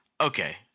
Okay